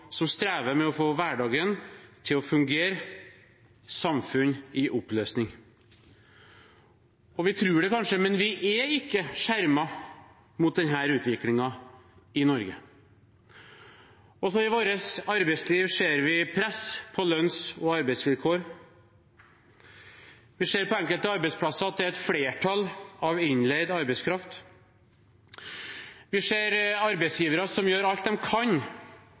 som strever med å få hverdagen til å fungere – samfunn i oppløsning. Vi tror det kanskje, men vi er ikke skjermet fra denne utviklingen i Norge. Også i vårt arbeidsliv ser vi press på lønns- og arbeidsvilkår. Vi ser på enkelte arbeidsplasser at det er et flertall av innleid arbeidskraft. Vi ser arbeidsgivere som gjør alt de kan